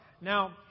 Now